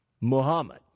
Muhammad